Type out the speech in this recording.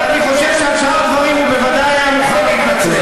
ואני חושב שעל שאר הדברים הוא בוודאי היה מוכן להתנצל.